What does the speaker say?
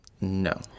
No